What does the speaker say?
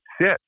sit